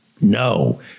No